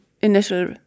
initial